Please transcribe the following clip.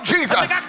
Jesus